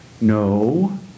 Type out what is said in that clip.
no